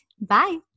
Bye